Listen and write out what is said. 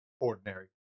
ordinary